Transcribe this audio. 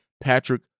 Patrick